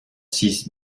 six